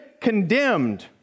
condemned